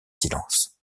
silence